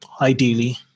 ideally